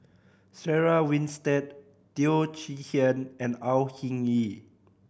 Sarah Winstedt Teo Chee Hean and Au Hing Yee